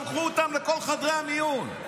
שלחו אותם לכל חדרי המיון.